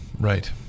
right